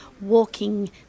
walking